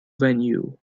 venue